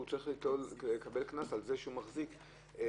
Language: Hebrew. צריך לקבל קנס על זה שהוא מחזיק ביצים?